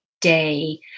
day